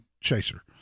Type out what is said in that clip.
chaser